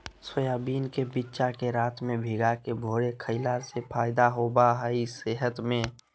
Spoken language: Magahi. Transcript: सोयाबीन के बिच्चा के रात में भिगाके भोरे खईला से फायदा होबा हइ सेहत में